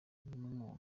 n’umuntu